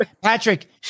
Patrick